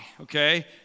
okay